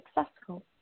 successful